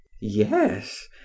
yes